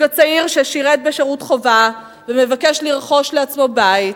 הצעיר ששירת בשירות חובה ומבקש לרכוש לעצמו בית.